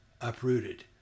uprooted